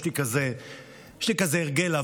יש לי כזה הרגל ישן,